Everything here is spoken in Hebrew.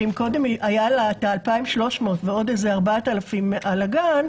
שאם קודם היה לה את ה-2,300 ועוד 4,000 מהגן,